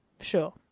Sure